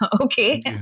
Okay